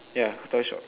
ya toy shop